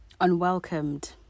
unwelcomed